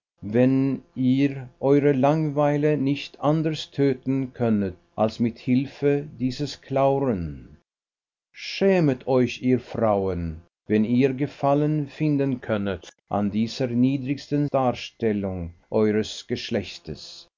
wenn ihr eure langweile nicht anders töten könnet als mit hilfe dieses clauren schämet euch ihr frauen wenn ihr gefallen finden könnet an dieser niedrigsten darstellung eures geschlechtes